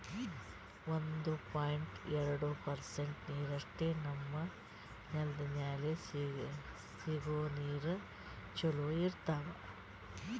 ಒಂದು ಪಾಯಿಂಟ್ ಎರಡು ಪರ್ಸೆಂಟ್ ನೀರಷ್ಟೇ ನಮ್ಮ್ ನೆಲ್ದ್ ಮ್ಯಾಲೆ ಸಿಗೋ ನೀರ್ ಚೊಲೋ ಇರ್ತಾವ